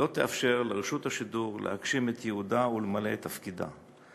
לא תאפשר לרשות השידור להגשים את ייעודה ולמלא את תפקידה.